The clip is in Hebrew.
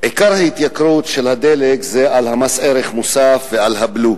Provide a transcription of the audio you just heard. עיקר ההתייקרות של הדלק זה המס-ערך-מוסף והבלו.